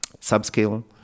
subscale